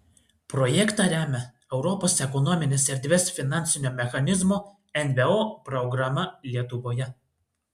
projektą remia europos ekonominės erdvės finansinio mechanizmo nvo programa lietuvoje